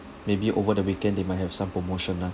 maybe over the weekend they might have some promotion lah